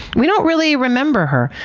we don't really remember her.